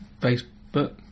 Facebook